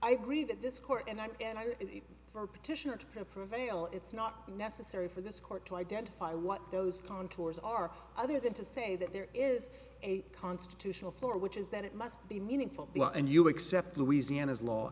i agree that this court and for petitioner to prevail it's not necessary for this court to identify what those contours are other than to say that there is a constitutional floor which is that it must be meaningful and you accept louisiana's law